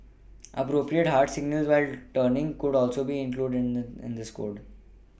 appropriate hand signals when turning could also be included in in this code